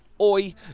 oi